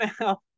now